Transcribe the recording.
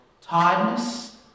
tiredness